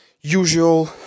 usual